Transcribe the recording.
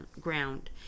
ground